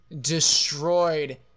destroyed